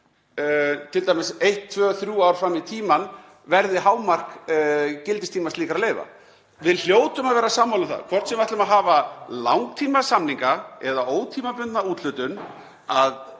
t.d. að eitt, tvö, þrjú ár fram í tímann verði hámark gildistíma slíkra leyfa. Við hljótum að vera sammála um það, hvort sem við ætlum að hafa langtímasamninga eða ótímabundna úthlutun, að